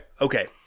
Okay